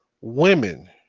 women